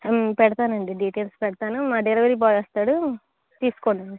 పెడతాను అండి డీటెయిల్స్ పెడతాను మా డెలివరీ బాయ్ వస్తాడు తీసుకోండి